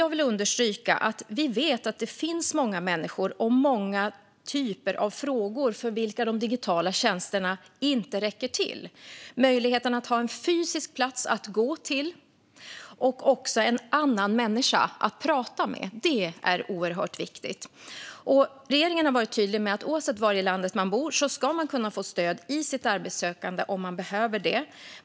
Jag vill understryka att vi vet att det finns många människor och många typer av frågor för vilka de digitala tjänsterna inte räcker till. Möjligheten att ha en fysisk plats att gå till och en annan människa att prata med är oerhört viktig. Regeringen har varit tydlig med att oavsett var i landet man bor ska man kunna få stöd i sitt arbetssökande om man behöver det.